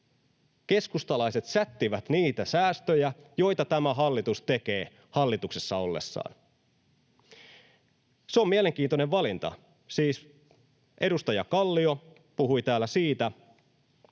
keskustalaiset sättivät niitä säästöjä, joita tämä hallitus tekee. Se on mielenkiintoinen valinta. Siis edustaja Kallio puhui täällä siitä,